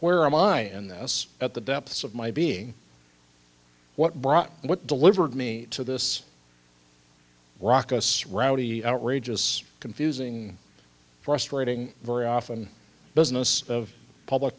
where are my in this at the depths of my being what brought what delivered me to this rock us rowdy outrageous confusing frustrating very often business of public